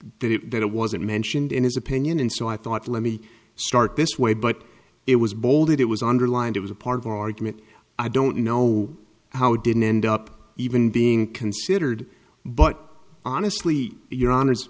get it that it wasn't mentioned in his opinion and so i thought let me start this way but it was bold it was underlined it was a part of the argument i don't know how it didn't end up even being considered but honestly your hon